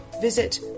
visit